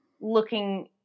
looking